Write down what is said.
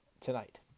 tonight